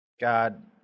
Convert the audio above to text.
God